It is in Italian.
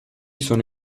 sono